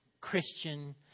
Christian